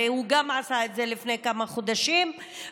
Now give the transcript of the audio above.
הרי הוא עשה את זה לפני כמה חודשים והוא